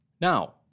Now